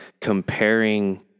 comparing